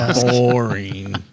boring